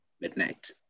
midnight